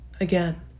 again